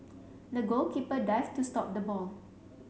the goalkeeper dived to stop the ball